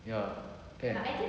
ya kan